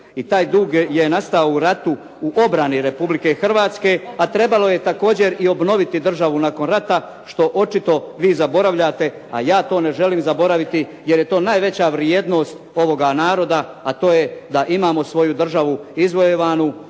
I taj dug je nastao u ratu, u obrani Republike Hrvatske, a trebalo je i također obnoviti državu nakon rata, što očito vi zaboravljate, a ja to ne želim zaboraviti, jer je to najveća vrijednost ovoga naroda. A to je da imamo svoju državu izvojevanu